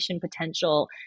potential